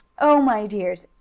oh, my dears,